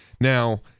Now